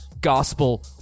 gospel